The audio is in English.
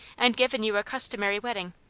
and given you a customary wedding,